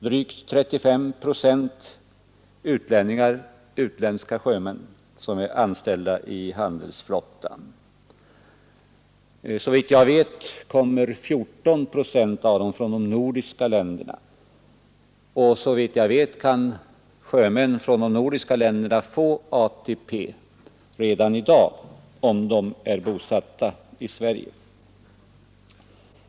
Drygt 35 procent av handelsflottans anställda är utlänningar. 14 procent av dem lär komma från de nordiska länderna, och såvitt jag vet kan sjömän från de nordiska länderna få ATP redan i dag, om de är bosatta i Sverige.